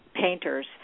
painters